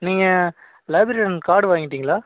நீங்கள் librarian card வாங்கிவிட்டீங்களா